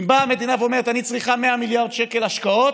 אם באה המדינה ואומרת: אני צריכה 100 מיליארד שקל השקעות,